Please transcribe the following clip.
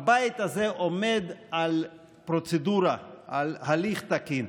הבית הזה עומד על פרוצדורה, על הליך תקין.